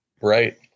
Right